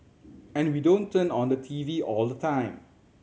and we don't turn on the T V all the time